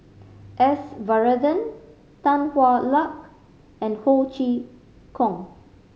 S Varathan Tan Hwa Luck and Ho Chee Kong